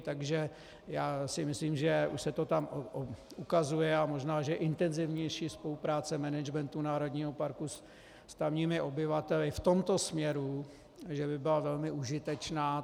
Takže si myslím, že už se to tam ukazuje, a možná že intenzivnější spolupráce managementu národního parku s tamními obyvateli v tomto směru by byla velmi užitečná.